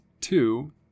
two